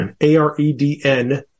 A-R-E-D-N